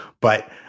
But-